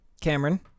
Cameron